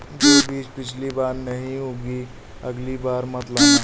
जो बीज पिछली बार नहीं उगे, अगली बार मत लाना